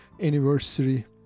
anniversary